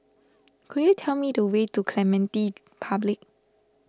could you tell me the way to Clementi Public